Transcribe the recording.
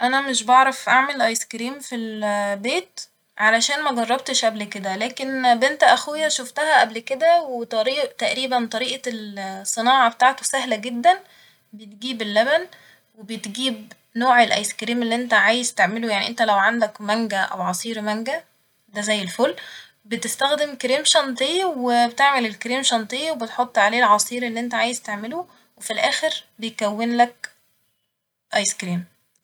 أنا مش بعرف أعمل آيس كريم في ال بيت علشان مجربتش قبل كده لكن بنت أخويا شفتها قبل كده وطريق_ تقريبا طريقة الصناعة بتاعته سهل جدا ، بتجيب اللبن وبتجيب نوع الأيس كريم اللي انت عايز تعمله ، يعني انت لو عندك مانجه أو عصير مانجه ده زي الفل ، بتستخدم الكريم شانتيه وبتعمل الكريم شانتيه وبتحط عليه العصير اللي انت عايز تعمله وفي الآخر بيتكونلك آيس كريم